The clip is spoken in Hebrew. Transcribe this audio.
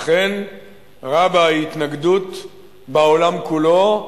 אכן רבה ההתנגדות בעולם כולו,